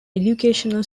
educational